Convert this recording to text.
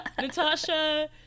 Natasha